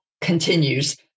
continues